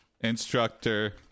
instructor